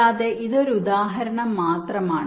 കൂടാതെ ഇത് ഒരു ഉദാഹരണം മാത്രമാണ്